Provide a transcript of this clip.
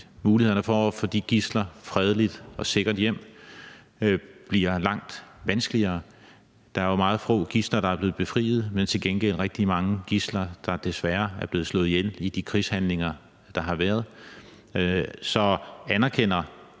mulighederne for at få de gidsler fredeligt og sikkert hjem bliver langt vanskeligere? Der er jo meget få gidsler, der er blevet befriet, men til gengæld rigtig mange gidsler, der desværre er blevet slået ihjel i de krigshandlinger, der har været. Så anerkender